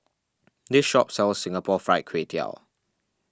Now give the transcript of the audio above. this shop sells Singapore Fried Kway Tiao